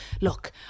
look